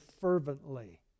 fervently